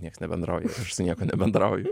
nieks nebendrauja su niekuo nebendrauju